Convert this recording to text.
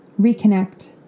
reconnect